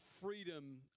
freedom